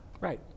Right